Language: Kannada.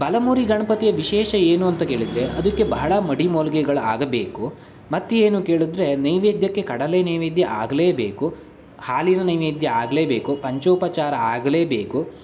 ಬಲಮುರಿ ಗಣಪತಿಯ ವಿಶೇಷ ಏನು ಅಂತ ಕೇಳಿದರೆ ಅದಕ್ಕೆ ಬಹಳ ಮಡಿ ಮೈಲ್ಗೆಗಳ್ ಆಗಬೇಕು ಮತ್ತೆ ಏನು ಕೇಳಿದ್ರೆ ನೈವೇದ್ಯಕ್ಕೆ ಕಡಲೆ ನೈವೇದ್ಯ ಆಗಲೇಬೇಕು ಹಾಲಿನ ನೈವೇದ್ಯ ಆಗಲೇಬೇಕು ಪಂಚೋಪಚಾರ ಆಗಲೇಬೇಕು